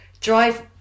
drive